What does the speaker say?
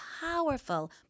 powerful